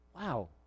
wow